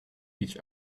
each